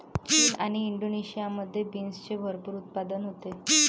चीन आणि इंडोनेशियामध्ये बीन्सचे भरपूर उत्पादन होते